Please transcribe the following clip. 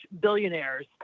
billionaires